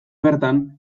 bertan